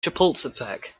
chapultepec